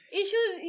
issues